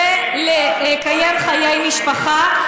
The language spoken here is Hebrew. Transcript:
ולקיים חיי משפחה,